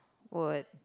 what